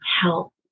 help